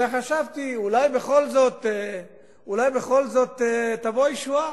וחשבתי שאולי בכל זאת תבוא ישועה,